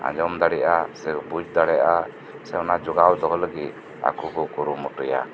ᱟᱸᱡᱚᱢ ᱫᱟᱲᱮᱭᱟᱜᱼᱟ ᱥᱮ ᱵᱩᱡᱽ ᱫᱟᱲᱮᱭᱟᱜᱼᱟ ᱥᱮ ᱚᱱᱟ ᱡᱚᱜᱟᱣ ᱫᱚᱦᱚ ᱞᱟᱹᱜᱤᱫ ᱟᱠᱩ ᱠᱩ ᱠᱩᱨᱩ ᱢᱩᱴᱩᱭᱟ